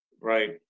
Right